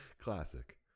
Classic